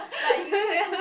like you have to